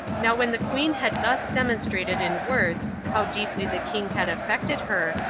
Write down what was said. now when the queen had thus demonstrated in words how deeply the king had affected her,